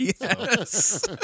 Yes